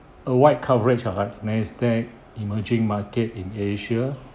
a wide coverage of Nasdaq emerging market in asia